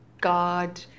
God